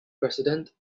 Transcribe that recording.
president